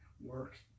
work